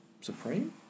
Supreme